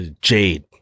Jade